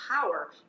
power